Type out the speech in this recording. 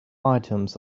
items